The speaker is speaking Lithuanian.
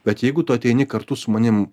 bet jeigu tu ateini kartu su manim